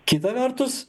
kita vertus